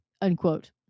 unquote